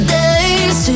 days